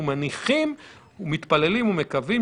ברבעון שני אנחנו נאבקים במחלה וכנראה בולמים,